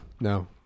no